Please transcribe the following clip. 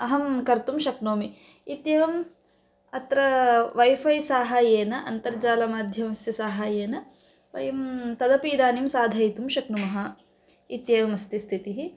अहं कर्तुं शक्नोमि इत्येवम् अत्र वैफ़ै साहाय्येन अन्तर्जालमाध्यमस्य साहाय्येन वयं तदपि इदानीं साधयितुं शक्नुमः इत्येवमस्ति स्थितिः